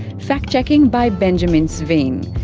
fact checking by benjamin sveen.